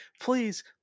please